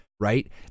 Right